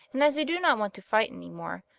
and as i do not want to fight any more,